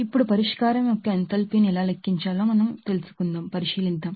ఇప్పుడు ಸೊಲ್ಯೂಷನ್ యొక్క ఎంథాల్పీ ని ఎలా లెక్కించాలో మనం ఇప్పుడు పరిశీలిద్దాం